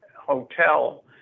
hotel